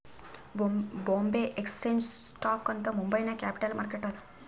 ಬೊಂಬೆ exchange stock ಅಂತ್ ಮುಂಬೈ ನಾಗ್ capital market ಅದಾ